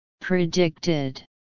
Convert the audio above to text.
Predicted